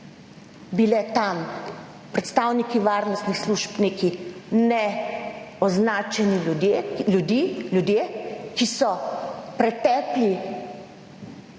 bile tam, predstavniki varnostnih služb, neki ne označeni ljudje, ki so pretepli